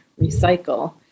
recycle